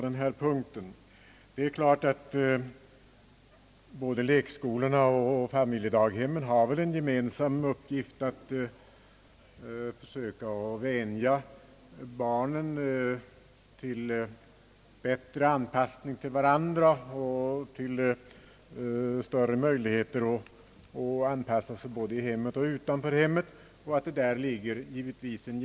Det är klart att lekskolorna och familjedaghemmen har som gemensam pedagogisk uppgift att vänja barnen vid bättre anpassning till varandra, att ge dem större möjligheter att anpassa sig både i hemmet och utanför hemmet.